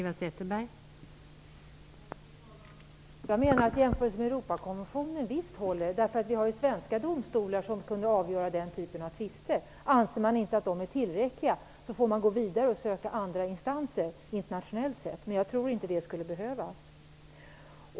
Fru talman! Jag menar att jämförelsen med Europakonventionen visst håller! Vi har ju svenska domstolar som kunde avgöra den typen av tvister. Anser man inte att de är tillräckliga får man gå vidare och söka andra instanser internationellt, men jag tror inte att det skulle behövas.